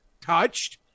touched